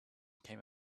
came